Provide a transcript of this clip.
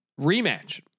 rematch